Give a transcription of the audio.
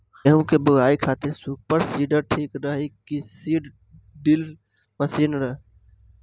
गेहूँ की बोआई खातिर सुपर सीडर ठीक रही की सीड ड्रिल मशीन?